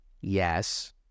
Yes